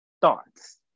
thoughts